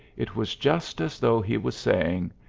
it was just as though he was saying,